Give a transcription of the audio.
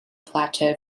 plateau